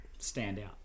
standout